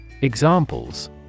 Examples